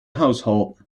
household